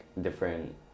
different